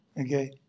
Okay